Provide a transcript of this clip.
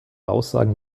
aussagen